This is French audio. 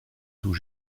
tout